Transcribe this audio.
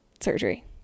surgery